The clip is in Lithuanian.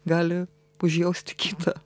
gali užjausti kitą